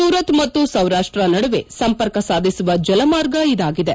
ಸೂರತ್ ಮತ್ತು ಸೌರಾಷ್ಟ ನಡುವೆ ಸಂಪರ್ಕ ಸಾಧಿಸುವ ಜಲ ಮಾರ್ಗ ಇದಾಗಿದೆ